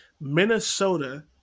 Minnesota